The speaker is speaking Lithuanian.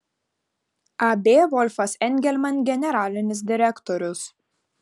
ab volfas engelman generalinis direktorius